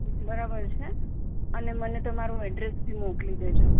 બરાબર છે અને મને તમારું એડ્રેસ બી મોકલી દેજો